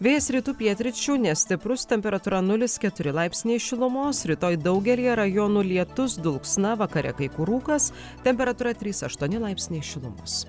vėjas rytų pietryčių nestiprus temperatūra nulis keturi laipsniai šilumos rytoj daugelyje rajonų lietus dulksna vakare kai kur rūkas temperatūra trys aštuoni laipsniai šilumos